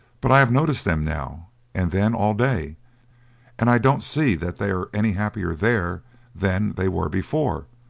but i have noticed them now and then all day and i don't see that they are any happier there then they were before,